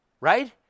right